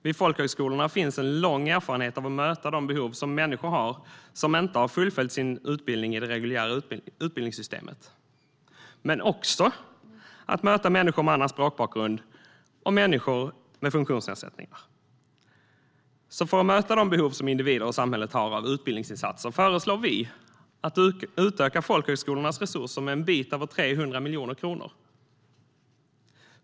Vid folkhögskolorna finns en lång erfarenhet av att möta de behov som människor som inte har fullföljt sin utbildning i det reguljära utbildningssystemet har, men det finns också erfarenhet av att möta människor med annan språkbakgrund och människor med funktionsnedsättningar. För att möta de behov som individer och samhället har av utbildningsinsatser föreslår vi att folkhögskolornas resurser utökas med en bit över 300 miljoner kronor.